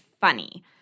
funny